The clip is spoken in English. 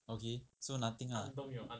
okay so nothing ah